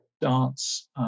dance